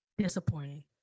disappointing